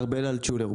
ארבל אלטשולר.